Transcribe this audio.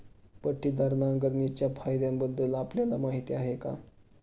पट्टीदार नांगरणीच्या फायद्यांबद्दल आपल्याला माहिती आहे का?